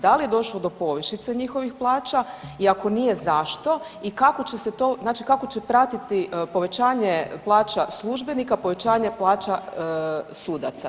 Da li je došlo do povišice njihovih plaća i ako nije, zašto i kako će se to, znači kako će pratiti povećanje plaća službenika, povećanje plaća sudaca?